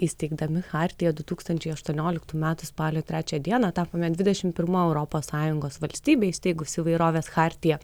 įsteigdami chartiją du tūkstančiai aštuonioliktų metų spalio trečią dieną tapome dvidešim pirma europos sąjungos valstybe įstaigusia įvairovės chartiją